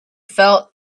felt